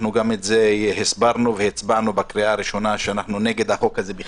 גם את זה הסברנו והצבענו בקריאה הראשונה נגד החוק הזה בכלל.